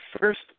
first